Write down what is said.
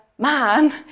Man